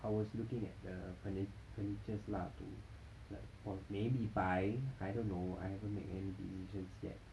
I was looking at the finan~ furnitures lah to like maybe buy I don't know I haven't make any decisions yet